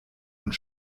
und